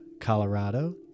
Colorado